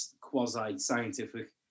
quasi-scientific